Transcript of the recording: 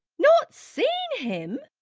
not seen him!